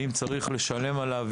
האם צריך לשלם עליו?